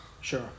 Sure